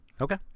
okay